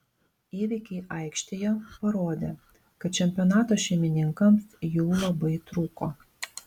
įvykiai aikštėje parodė kad čempionato šeimininkams jų labai trūko